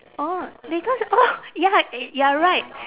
orh because oh ya y~ you are right